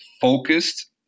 focused